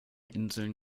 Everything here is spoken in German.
inseln